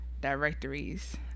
directories